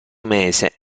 mese